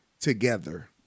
together